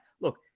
look